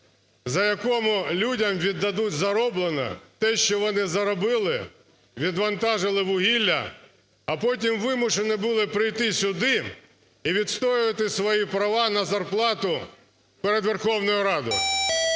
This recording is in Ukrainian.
за яким людям віддадуть зароблене, те, що вони заробили, відвантажили вугілля, а потім вимушені були прийти сюди і відстоювати свої права на зарплату перед Верховною Радою.